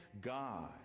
God